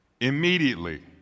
Immediately